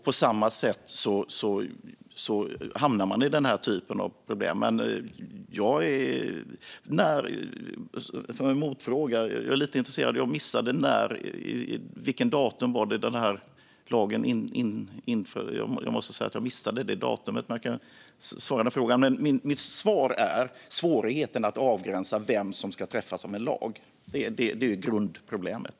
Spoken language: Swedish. På samma sätt hamnar man i den här typen av problem. Som en motfråga undrar jag vilket datum denna lag började att gälla. Jag missade det. Mitt svar är att det handlar om svårigheten att avgränsa vem som ska träffas av en lag. Detta är grundproblemet.